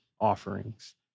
offerings